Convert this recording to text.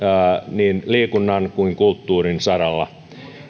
niin liikunnan kuin kulttuurin saralla